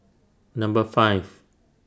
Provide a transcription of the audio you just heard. Number five